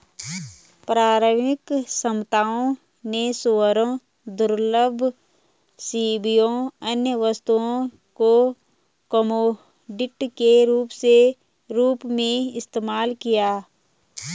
प्रारंभिक सभ्यताओं ने सूअरों, दुर्लभ सीपियों, अन्य वस्तुओं को कमोडिटी के रूप में इस्तेमाल किया